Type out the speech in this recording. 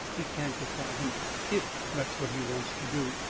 he can't get by them if that's what he wants to do.